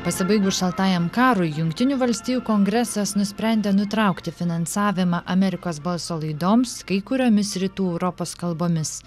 pasibaigus šaltajam karui jungtinių valstijų kongresas nusprendė nutraukti finansavimą amerikos balso laidoms kai kuriomis rytų europos kalbomis